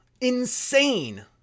Insane